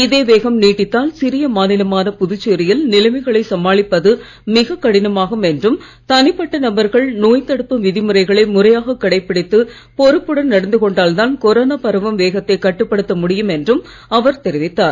இதே வேகம் நீடித்தால் சிறிய மாநிலமான புதுச்சேரியில் நிலைமைகளை சமாளிப்பது மிக கடினமாகும் என்றும் தனிப்பட்ட நபர்கள் நோய்த் தடுப்பு விதிமுறைகளை முறையாக கடைபிடித்து பொறுப்புடன் நடந்து கொண்டால்தான் கொரோனா பரவும் வேகத்தை கட்டுப்படுத்தும் முடியும் என்றும் அவர் தெரிவித்தார்